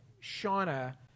Shauna